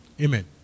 Amen